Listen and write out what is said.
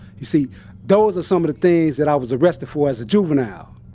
you see those are some of the things that i was arrested for as a juvenile.